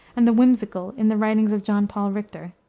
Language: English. and the whimsical in the writings of jean paul richter.